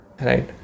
Right